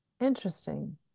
Interesting